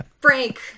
Frank